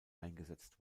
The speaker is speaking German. eingesetzt